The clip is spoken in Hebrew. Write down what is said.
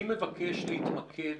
אני מבקש להתמקד